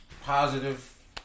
positive